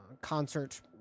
concert